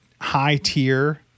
high-tier